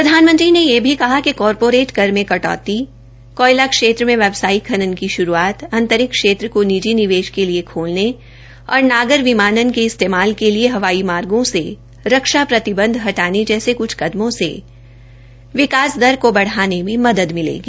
प्रधानमंत्री ने यह भी कहा कि कार्पोरेट कर में कटौती कोयला क्षेत्र में व्यावसायिक खनन की शुरूआत अंतरिक्ष क्षेत्र को निपी निवेश के लिए खोलने और नागर विमानन के इस्तेमाल के लिए हवाई मार्गो से रक्षा प्रतिबंध हटाने औसे कुछ कदमों से विकास दर को बढ़ाने में मदद मिलेगी